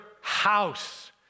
house